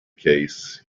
case